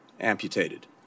amputated